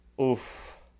Oof